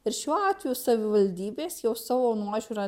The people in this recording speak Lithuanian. ir šiuo atveju savivaldybės jau savo nuožiūra